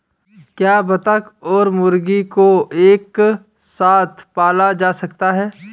क्या बत्तख और मुर्गी को एक साथ पाला जा सकता है?